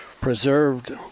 preserved